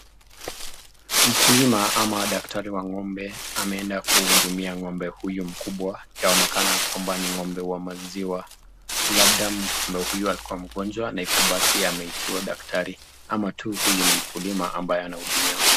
Mkulima ama daktari wa ngombe ameenda kuhudumia ngombe huyu mkubwa, yaonekana kwamba ni ngombe wa maziwa, labda ngombe huyu alikua mgonjwa na hivyo basi ameitwa daktari ama tu huyu ni mkulima ambaye anahidumia ngombe.